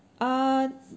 err